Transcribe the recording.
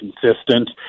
consistent